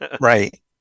Right